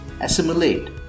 assimilate